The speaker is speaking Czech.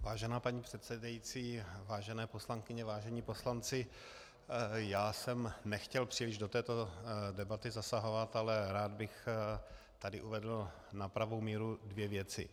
Vážená paní předsedající, vážené poslankyně, vážení poslanci, já jsem nechtěl příliš do této debaty zasahovat, ale rád bych tu uvedl na pravou míru dvě věci.